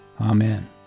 Amen